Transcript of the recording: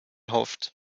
hofft